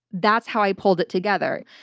that's how i pulled it together.